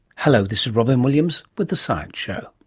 hello, this is robyn williams with the science show.